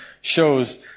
shows